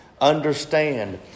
Understand